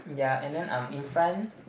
ya and then um in front